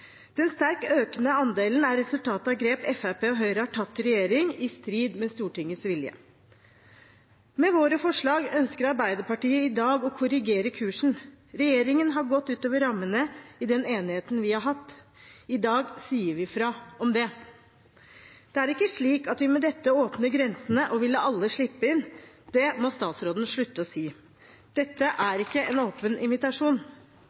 Den sterkt økende andelen er et resultat av grep Fremskrittspartiet og Høyre har tatt i regjering, i strid med Stortingets vilje. Med våre forslag ønsker Arbeiderpartiet i dag å korrigere kursen. Regjeringen har gått ut over rammene i den enigheten vi har hatt. I dag sier vi fra om det. Det er ikke slik at vi med dette åpner grensene og vil la alle slippe inn. Det må statsråden slutte å si. Dette er ikke en åpen invitasjon.